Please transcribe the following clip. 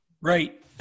Right